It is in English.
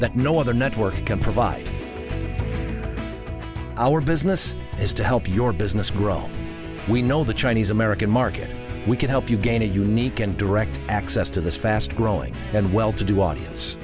that no other network can provide our business is to help your business grow we know the chinese america market we can help you gain a unique and direct access to the fast growing and well to do audience